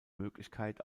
möglichkeit